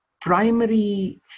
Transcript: primary